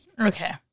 Okay